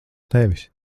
tevis